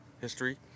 history